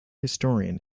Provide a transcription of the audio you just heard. historian